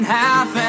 half